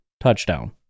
touchdown